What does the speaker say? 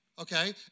okay